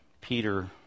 Peter